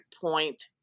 point